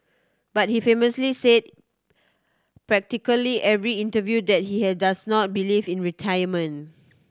but he famously says practically every interview that he had does not believe in retirement